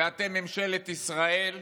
ואתם, ממשלת ישראל,